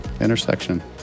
Intersection